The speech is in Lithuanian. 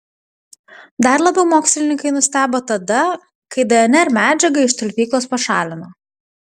dar labiau mokslininkai nustebo tada kai dnr medžiagą iš talpyklos pašalino